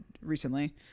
recently